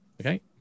okay